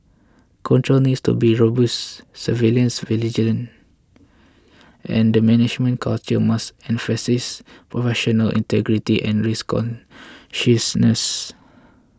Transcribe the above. controls need to be robust surveillance vigilant and the management culture must emphasise professional integrity and risk consciousness